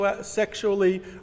sexually